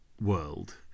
world